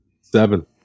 Seven